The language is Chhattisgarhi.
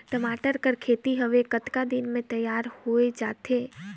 टमाटर कर खेती हवे कतका दिन म तियार हो जाथे?